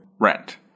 rent